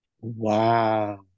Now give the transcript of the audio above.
Wow